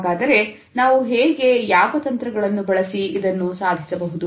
ಹಾಗಾದರೆ ನಾವು ಹೇಗೆ ಯಾವ ತಂತ್ರಗಳನ್ನು ಬಳಸಿ ಇದನ್ನು ಸಾಧಿಸಬಹುದು